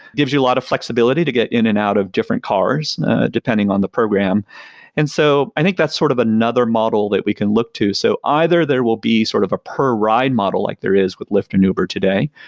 gives you a lot of flexibility to get in and out of different cars depending on the program and so i think that's sort of another model that we can look to. so either there will be sort of a per ride model like there is with lyft and uber today,